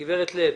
גברת לב,